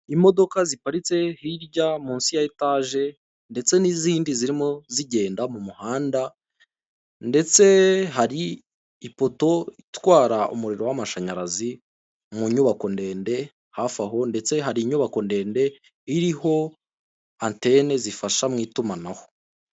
Imodoka ziparitse hirya munsi ya etage; ndetse n'izindi zirimo zigenda mu muhanda, ndetse hari ipoto itwara umuriro w'amashanyarazi mu nyubako ndende hafi aho; ndetse hari inyubako ndende iriho antene zifasha mu itumanaho.